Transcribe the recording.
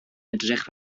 edrych